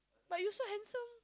but you so handsome